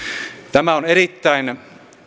tämä on erittäin